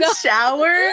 shower